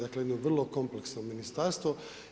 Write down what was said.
Dakle jedno vrlo kompleksno ministarstvo.